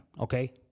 okay